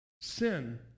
sin